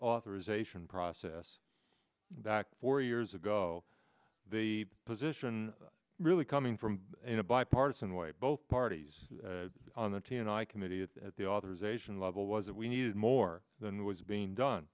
authorization process back four years ago the position really coming from in a bipartisan way both parties on the t n i committee at the authorization level was that we needed more than was being done